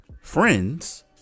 friends